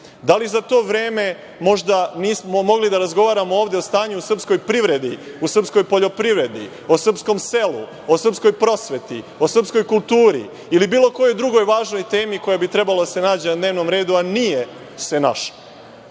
Da li za to vreme nismo mogli da razgovaramo ovde o stanju u srpskoj privredi, u srpskoj poljoprivredi, o srpskom selu, o srpskoj prosveti, o srpskoj kulturi ili bilo kojoj važnoj temi koja bi trebala da se nađe na dnevnom redu, a nije se našla. Tu